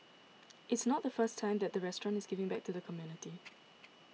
it's not the first time that the restaurant is giving back to the community